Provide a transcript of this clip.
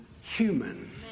human